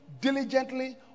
diligently